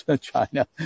China